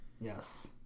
yes